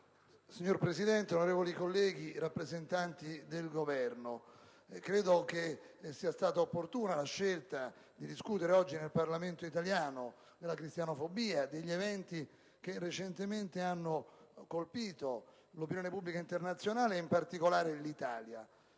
Signor Presidente, onorevoli colleghi, signori rappresentanti del Governo, credo sia stata opportuna la scelta di discutere oggi nel Parlamento italiano della cristianofobia e degli eventi che recentemente hanno colpito l'opinione pubblica internazionale e, in particolare, l'Italia.